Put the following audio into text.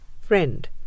Friend